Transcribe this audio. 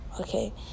okay